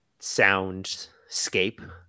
soundscape